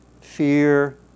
Fear